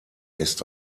ist